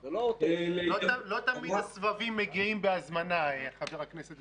לא תמיד הסבבים מגיעים בהזמנה, חבר הכנסת גולן.